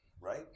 Right